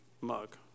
mug